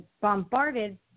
bombarded